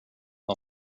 han